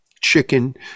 chicken